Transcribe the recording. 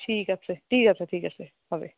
ঠিক আছে ঠিক আছে ঠিক আছে হবে